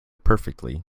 perfectly